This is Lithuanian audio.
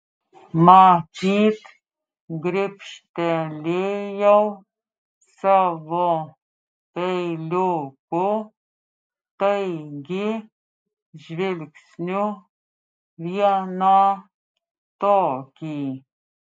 matyt gribštelėjau savo peiliuku taigi žvilgsniu vieną tokį